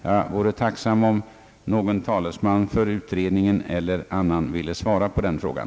Jag vore tacksam om någon talesman för utredningen eller någon annan av kammarens ledamöter ville svara på den frågan.